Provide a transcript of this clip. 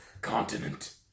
continent